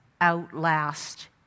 outlast